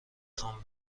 خوام